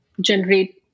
Generate